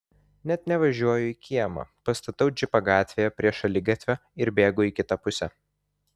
net nevažiuoju į kiemą pastatau džipą gatvėje prie šaligatvio ir bėgu į kitą pusę